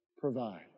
provide